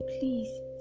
please